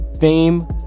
Fame